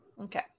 Okay